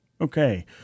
Okay